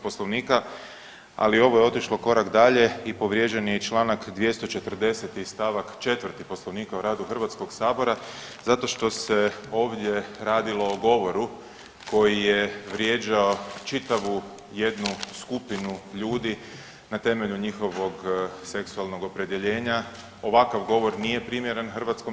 Poslovnika, ali ovo je otišlo korak dalje i povrijeđen je i čl. 240. st. 4. Poslovnika o radu HS-a zato što se ovdje radilo o govoru koji je vrijeđao čitavu jednu skupinu ljudi na temelju njihovog seksualnog opredjeljenja, ovakav govor nije primjeren HS.